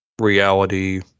reality